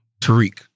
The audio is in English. Tariq